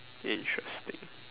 interesting